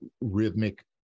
rhythmic